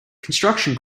construction